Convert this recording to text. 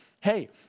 hey